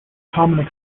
common